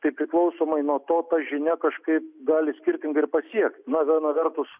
tai priklausomai nuo to ta žinia kažkaip gali skirtingai ir pasiekt na viena vertus